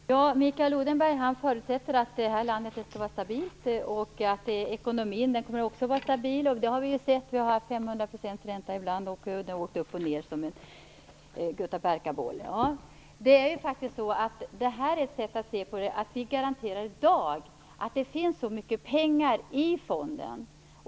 Fru talman! Mikael Odenberg förutsätter att vårt land kommer att vara stabilt och att även ekonomin kommer att vara stabil. Ja, vi har ju sett hur det har varit - räntan har gått upp och ned som en guttaperkaboll, och den har varit uppe i 500 %. Vårt förslag innebär att vi i dag kan garantera att det finns tillräckligt mycket pengar i fonden.